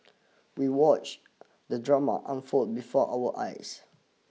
we watch the drama unfold before our eyes